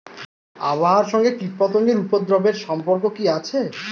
আবহাওয়ার সঙ্গে কীটপতঙ্গের উপদ্রব এর সম্পর্ক কি আছে?